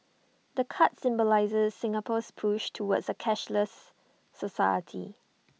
the card symbolises Singapore's push towards A cashless society